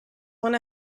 went